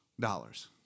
dollars